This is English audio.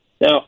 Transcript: Now